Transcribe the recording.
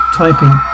typing